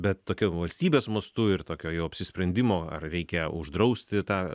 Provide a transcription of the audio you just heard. bet tokio valstybės mastu ir tokio jau apsisprendimo ar reikia uždrausti tą